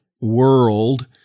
world